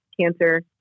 cancer